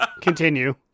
continue